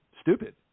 stupid